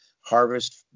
Harvest